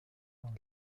dans